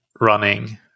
running